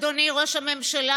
אדוני ראש הממשלה,